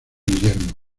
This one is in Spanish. guillermo